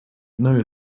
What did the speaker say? know